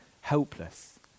Helpless